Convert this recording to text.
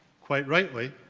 quite rightly,